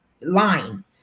line